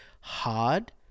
hard